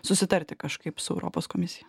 susitarti kažkaip su europos komisija